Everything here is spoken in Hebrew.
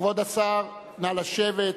כבוד השר, נא לשבת.